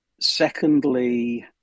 Secondly